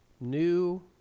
new